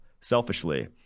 selfishly